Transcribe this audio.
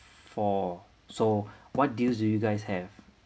four so what do you guys have